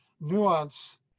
nuance